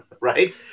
right